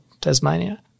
Tasmania